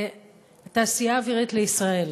התעשייה האווירית לישראל,